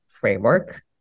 framework